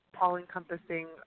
all-encompassing